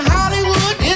Hollywood